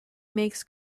makes